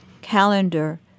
calendar